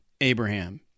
Abraham